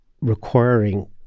requiring